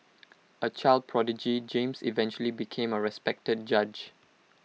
A child prodigy James eventually became A respected judge